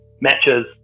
matches